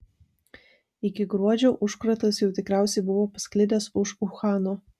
iki gruodžio užkratas jau tikriausiai buvo pasklidęs už uhano